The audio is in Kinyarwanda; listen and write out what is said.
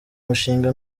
mushinga